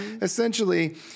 essentially